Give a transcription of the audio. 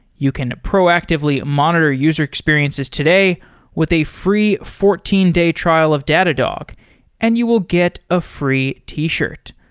you can proactively monitor user experiences today with a free fourteen day trial of data dog and you will get a free t-shirt.